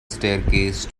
staircase